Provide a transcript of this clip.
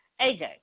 AJ